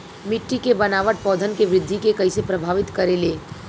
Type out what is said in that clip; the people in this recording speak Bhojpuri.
मिट्टी के बनावट पौधन के वृद्धि के कइसे प्रभावित करे ले?